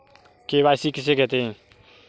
KYC किसे कहते हैं?